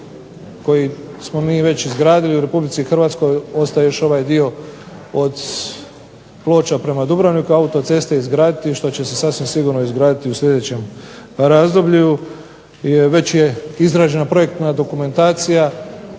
koji smo mi već izgradili u RH, ostaje još ovaj dio od Ploča prema Dubrovniku autoceste izgraditi što će se sasvim sigurno izgraditi u sljedećem razdoblju. Već je izgrađena projektna dokumentacija,